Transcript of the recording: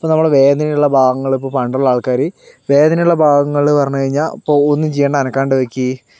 ഇപ്പോൾ നമ്മള് വേദന ഇള്ള ഭാഗങ്ങള് ഇപ്പോൾ പണ്ടുള്ള ആൾക്കാര് വേദനയുള്ള ഭാഗങ്ങളില് പറഞ്ഞു കഴിഞ്ഞാൽ ഇപ്പോൾ ഒന്നും ചെയ്യേണ്ട അനക്കാണ്ട് വെക്ക്